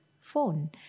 phone